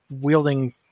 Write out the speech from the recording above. wielding